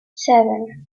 seven